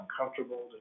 uncomfortable